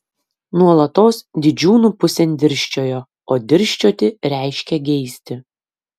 nuolatos didžiūnų pusėn dirsčiojo o dirsčioti reiškia geisti